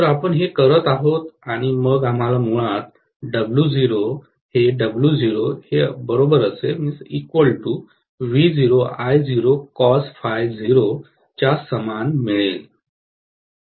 तर आपण हे करत आहोत आणि मग आम्हाला मुळात W0 हे च्या समान मिळाले